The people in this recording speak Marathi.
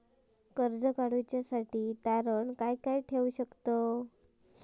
कर्ज काढूसाठी तारण काय काय ठेवू शकतव?